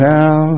now